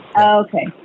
Okay